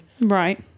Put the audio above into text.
Right